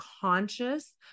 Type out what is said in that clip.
conscious